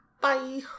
bye